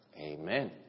Amen